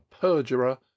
perjurer